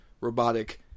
robotic